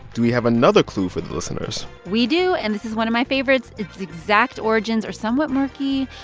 do we have another clue for the listeners? we do, and this is one of my favorites. its exact origins are somewhat murky,